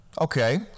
Okay